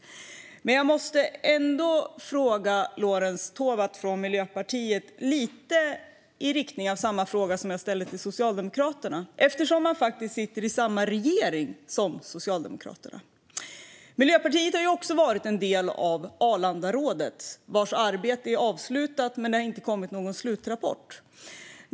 Jag ska ändå fråga Miljöpartiets Lorentz Tovatt lite samma fråga som jag ställde till Socialdemokraterna, eftersom Miljöpartiet faktiskt sitter i samma regering som Socialdemokraterna. Miljöpartiet har också ingått i Arlandarådet, vars arbete är avslutat. Det har dock inte kommit någon slutrapport.